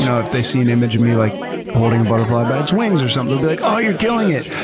you know if they see an image of me like holding a butterfly by its wings or something, they'll be like, oh, you're killing it!